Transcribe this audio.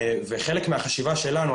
חלק מהחשיבה שלנו,